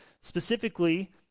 Specifically